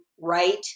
right